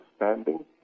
understanding